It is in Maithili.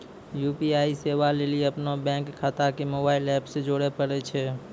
यू.पी.आई सेबा लेली अपनो बैंक खाता के मोबाइल एप से जोड़े परै छै